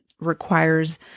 requires